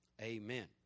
amen